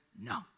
no